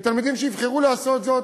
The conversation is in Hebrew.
תלמידים שייבחרו לעשות זאת,